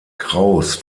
krauss